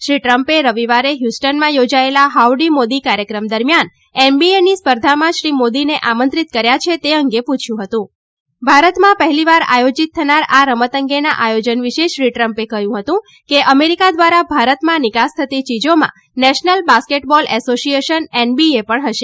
શ્રી ટ્રમ્પે રવિવારે હ્યસ્ટનમાં યોજાયેલી હાઉડી મોદી કાર્યક્રમમાં શ્રી મોદીને આમંત્રિત કર્યા છે તે અંગે પૂછ્યું હતું ભારતમાં પહેલીવાર આયોજીત થનાર આ રમત અંગેના આયોજન વિશે શ્રી ટ્રમ્પે કહ્યં હતું કે અમેરિકા દ્વારા ભારતમાં નિકાસ થતી ચીજોમાં national basketball association NBA પણ હશે